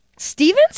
Steven's